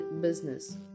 business